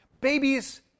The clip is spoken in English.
Babies